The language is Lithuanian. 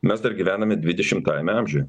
mes dar gyvename dvidešimtajame amžiuje